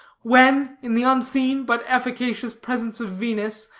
when, in the unseen but efficacious presence of venus,